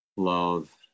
love